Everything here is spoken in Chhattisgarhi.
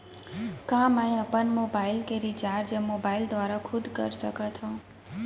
का मैं अपन मोबाइल के रिचार्ज मोबाइल दुवारा खुद कर सकत हव?